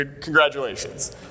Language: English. Congratulations